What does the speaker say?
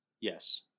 Yes